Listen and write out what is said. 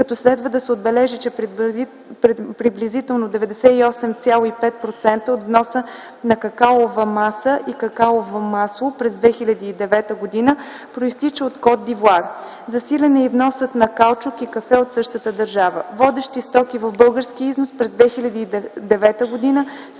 като следва да се отбележи, че приблизително 98,5% от вноса на какаова маса и какаово масло през 2009 г. произтича от Кот д’Ивоар. Засилен е и вносът на каучук и кафе от същата държава. Водещи стоки в българския износ през 2009 г. са